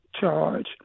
charge